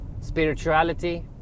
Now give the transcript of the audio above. spirituality